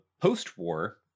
post-war